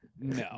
No